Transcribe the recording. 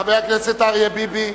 חבר הכנסת אריה ביבי,